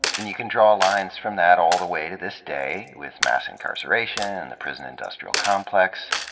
and you can draw lines from that all the way to this day, with mass incarceration and the prison industrial complex,